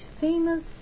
famous